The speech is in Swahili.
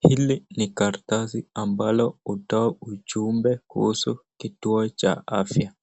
Hili ni karatasi ambalo hutoa ujumbe kuhusu kituo cha afya